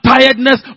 Tiredness